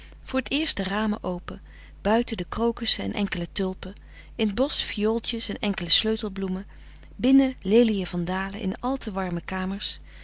voor t eerst de ramen open buiten de crocussen en enkele tulpen in t bosch viooltjes en enkele sleutelbloemen binnen leliën van dalen in àl te warme kamers